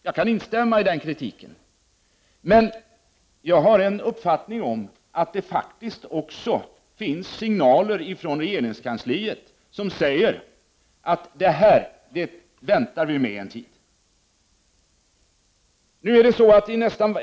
Jag kan instämma i den kritiken, men jag har en uppfattning om att det faktiskt också givits signaler från regeringskansliet som sagt att ”det här väntar vi med en tid”.